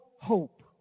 hope